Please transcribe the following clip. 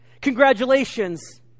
Congratulations